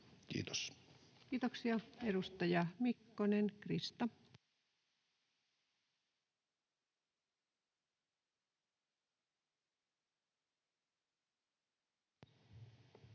Kiitos. Kiitoksia. — Edustaja Mikkonen, Krista. Arvoisa